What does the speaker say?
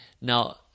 now